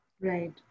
Right